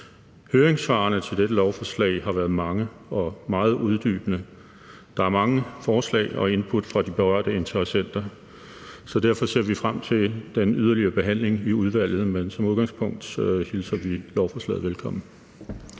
Høringssvarene til dette lovforslag har været mange og meget uddybende. Der er mange forslag og input fra de berørte interessenter, så derfor ser vi frem til den yderligere behandling i udvalget. Som udgangspunkt hilser vi lovforslaget velkommen.